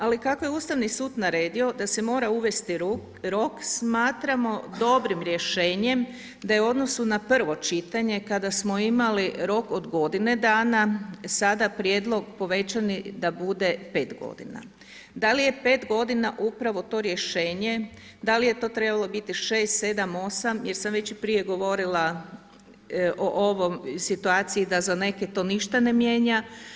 Ali, kako je Ustavni sud naredio, da se mora uvesti rok, smatramo dobrim rješenjem, da je u odnosu na prvo čitanje, kada smo imali rok od godine dana, sada prijedlog povećani da bude 5 g. Da li je 5 g. upravo to rješenje da li je to trebalo biti 6, 7, 8 jer sam već i prije govorila o ovoj situaciji da za neke to ništa ne mijenja.